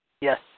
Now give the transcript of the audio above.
Yes